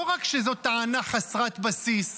לא רק שזאת טענה חסרת בסיס,